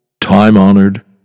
time-honored